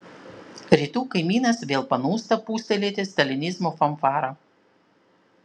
rytų kaimynas vėl panūsta pūstelėti stalinizmo fanfarą